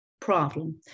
Problem